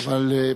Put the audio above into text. אבל,